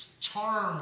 Charm